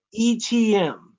ETM